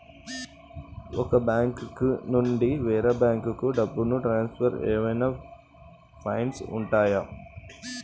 ఒక బ్యాంకు నుండి వేరే బ్యాంకుకు డబ్బును ట్రాన్సఫర్ ఏవైనా ఫైన్స్ ఉంటాయా?